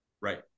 right